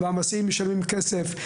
המסיעים משלמים כסף,